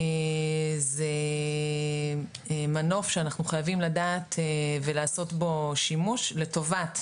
זה מנוף שאנחנו חייבים לדעת ולעשות בו שימוש לטובת